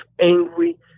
angry